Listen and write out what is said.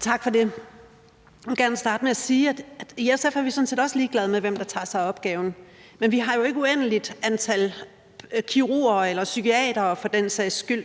Tak for det. Jeg vil starte med at sige, at i SF er vi sådan set også ligeglade med, hvem der tager sig af opgaven. Men vi har jo ikke et uendeligt antal kirurger eller psykiatere for den sags skyld,